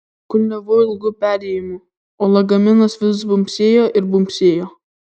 kulniavau ilgu perėjimu o lagaminas vis bumbsėjo ir bumbsėjo